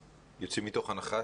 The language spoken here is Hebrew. יוצאים מתוך נקודת הנחה